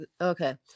Okay